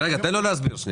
תן לו להסביר.